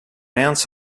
ounce